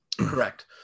Correct